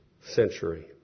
century